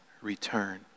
Return